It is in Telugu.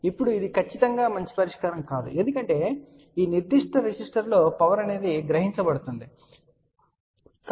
ఇప్పుడు ఇది ఖచ్చితంగా మంచి పరిష్కారం కాదు ఎందుకంటే ఈ నిర్దిష్ట రెసిస్టర్లో పవర్ గ్రహించబడుతుంది absorb చేయబడుతుంది